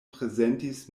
prezentis